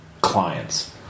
clients